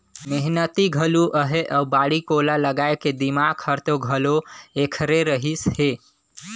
मेहनती घलो अहे अउ बाड़ी कोला लगाए के दिमाक हर तो घलो ऐखरे रहिस हे